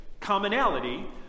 commonality